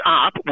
up